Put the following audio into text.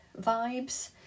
vibes